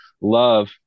love